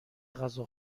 غذا